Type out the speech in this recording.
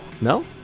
No